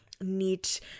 neat